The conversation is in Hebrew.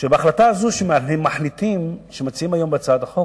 שההחלטה הזאת שמציעים היום בהצעת החוק,